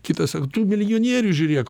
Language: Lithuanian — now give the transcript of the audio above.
kitas ar tu milijonierius žiūrėk